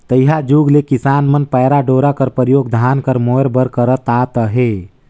तइहा जुग ले किसान मन पैरा डोरा कर परियोग धान कर मोएर बर करत आत अहे